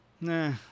nah